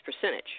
percentage